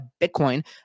Bitcoin